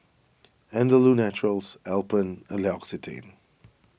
Andalou Naturals Alpen and L'Occitane